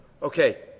Okay